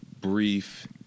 brief